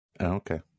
Okay